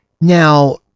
now